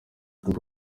koko